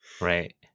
Right